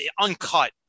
uncut